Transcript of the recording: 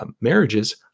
marriages